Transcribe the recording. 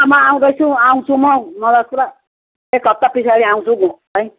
म आउँदैछु आउँछु म मलाई पुरा एक हप्ता पछाडि आउँछु घुम्नलाई